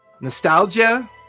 nostalgia